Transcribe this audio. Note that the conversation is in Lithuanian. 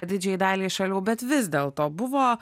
didžiajai daliai šalių bet vis dėlto buvo